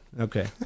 Okay